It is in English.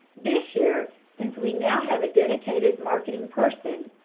this year, since we now have a dedicated marketing person,